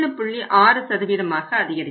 6 ஆக அதிகரிக்கும்